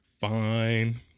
Fine